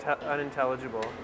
unintelligible